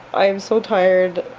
i am so tired,